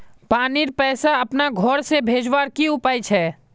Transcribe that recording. पानीर पैसा अपना घोर से भेजवार की उपाय छे?